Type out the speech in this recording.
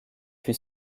fut